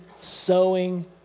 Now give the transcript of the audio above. sowing